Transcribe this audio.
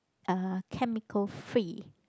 uh chemical free